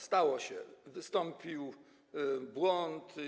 Stało się, wystąpił błąd.